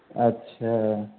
अच्छा